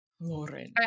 Lauren